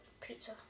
pizza